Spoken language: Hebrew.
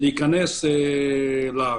להיכנס לארץ.